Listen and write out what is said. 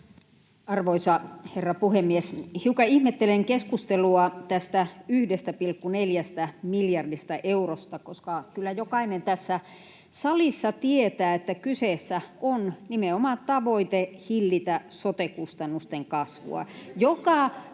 Arvoisa herra puhemies! Hiukan ihmettelen keskustelua tästä 1,4 miljardista eurosta, koska kyllä jokainen tässä salissa tietää, että kyseessä on nimenomaan tavoite hillitä sote-kustannusten kasvua,